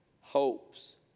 Hopes